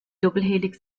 doppelhelix